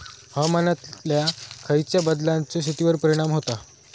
हवामानातल्या खयच्या बदलांचो शेतीवर परिणाम होता?